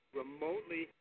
remotely